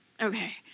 Okay